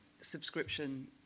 subscription